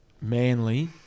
Manly